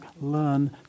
learn